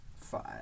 five